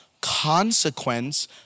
consequence